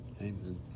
amen